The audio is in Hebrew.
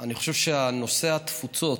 אני חושב שנושא התפוצות,